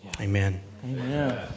Amen